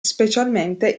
specialmente